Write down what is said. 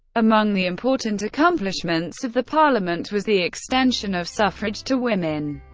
among the important accomplishments of the parliament was the extension of suffrage to women,